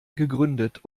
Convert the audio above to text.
gegründet